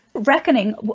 reckoning